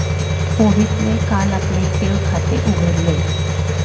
मोहितने काल आपले ठेव खाते उघडले